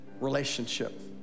Relationship